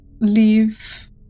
leave